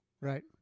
Right